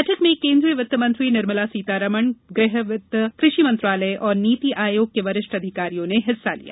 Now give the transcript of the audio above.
बैठक में केंद्रीय वित्त मंत्री निर्मला सीतारमण गृह वित्त कृषि मंत्रालय और नीति आयोग के वरिष्ठ अधिकारियों ने हिस्सा लिया